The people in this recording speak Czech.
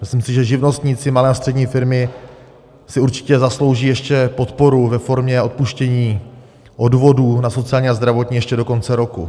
Myslím si, že živnostníci, malé a střední firmy si určitě zaslouží ještě podporu ve formě odpuštění odvodů na sociální a zdravotní ještě do konce roku.